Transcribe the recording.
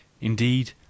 Indeed